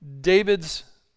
David's